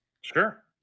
Sure